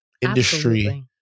industry